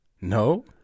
No